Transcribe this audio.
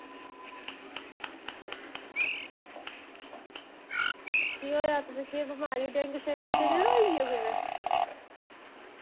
केह् होएआ तुसेंगी केह् बमारी डेंगू शेंगू ते निं ना होई गेआ कुतै